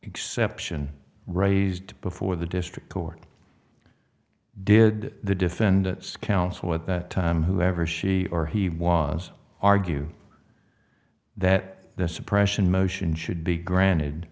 exception raised before the district court did the defendant's counsel at that time whoever she or he was argue that the suppression motion should be granted